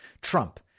Trump